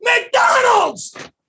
McDonald's